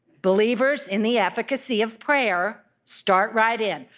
believers in the efficacy of prayer, start right in.